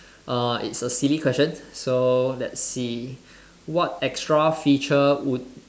uh it's a silly question so let's see what extra feature would